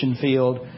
field